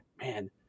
man